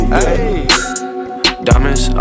Diamonds